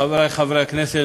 חברי חברי הכנסת,